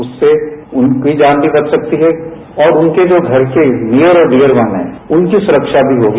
उससे उनकी जान भी बच सकती है और उनके जो घर के नियर और डियर वहां हैं उनकी सुरक्षा भी होगी